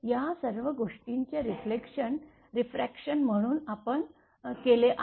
या सर्व गोष्टींचे रेफ्लेक्शन रिफ्रेक्शन म्हणून आपण केले आहे